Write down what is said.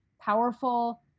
powerful